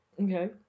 Okay